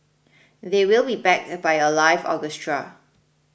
they will be backed by a live orchestra